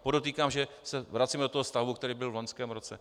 Podotýkám, že se vracíme do toho stavu, který byl v loňském roce.